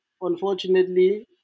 unfortunately